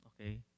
okay